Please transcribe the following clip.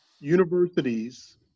universities